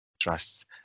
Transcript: trust